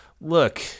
look